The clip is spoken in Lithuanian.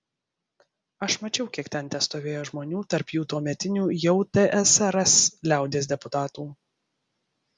aš mačiau kiek ten testovėjo žmonių tarp jų tuometinių jau tsrs liaudies deputatų